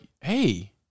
hey